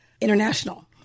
international